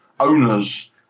owners